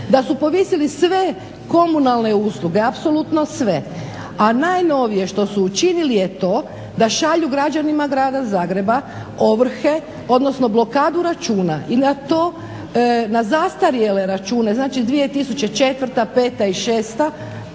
da su povisili sve komunalne usluge, apsolutno sve, a najnovije što su učinili je to da šalju građanima Grada Zagreba ovrhe, odnosno blokadu računa i na to na zastarjele račune, znači 2004., 2005., 2006.